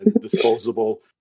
disposable